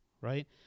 right